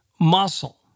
muscle